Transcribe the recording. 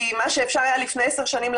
כי מה שאפשר היה לעצור לפני 10 שנים,